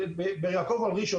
באר יעקב וראשון,